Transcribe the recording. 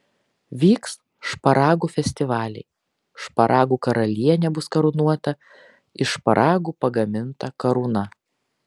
vyks šparagų festivaliai šparagų karalienė bus karūnuota iš šparagų pagaminta karūna